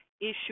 issue